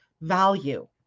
value